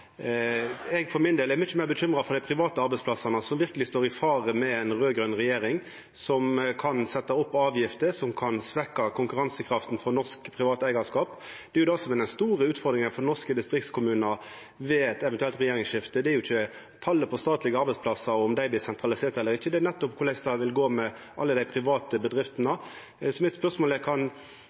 Eg for min del er mykje meir bekymra for dei private arbeidsplassane, som verkeleg står i fare med ei raud-grøn regjering, som kan setja opp avgifter, og som kan svekkja konkurransekrafta til norsk privat eigarskap. Det er det som er den store utfordringa for norske distriktskommunar ved eit eventuelt regjeringsskifte. Det er ikkje talet på statlege arbeidsplassar og om dei blir sentraliserte eller ikkje. Det er korleis det vil gå med alle dei private bedriftene. Spørsmålet mitt er: Kan